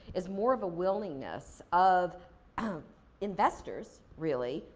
is more of a willingness of investors, really,